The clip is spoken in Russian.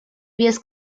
без